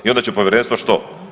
I onda će povjerenstvo što?